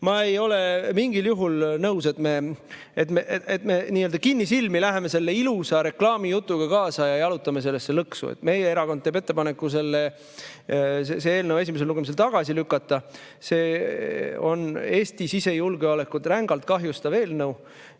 Ma ei ole mingil juhul nõus, et me nii-öelda kinnisilmi läheme selle ilusa reklaamijutuga kaasa ja jalutame sellesse lõksu. Meie erakond teeb ettepaneku see eelnõu esimesel lugemisel tagasi lükata. See on Eesti sisejulgeolekut rängalt kahjustav eelnõu